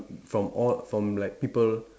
from all from like people